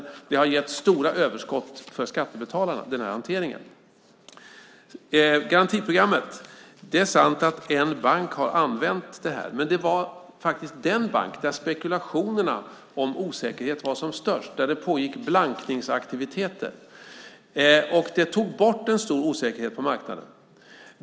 Denna hantering har gett stora överskott för skattebetalarna. Det är sant att en bank har använt garantiprogrammet, men det var faktiskt den bank där spekulationerna om osäkerhet var som störst, där det pågick blankningsaktiviteter. Och det tog bort en stor osäkerhet på marknaden.